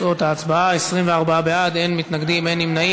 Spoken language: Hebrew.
תוצאות ההצבעה: 24 בעד, אין מתנגדים, אין נמנעים.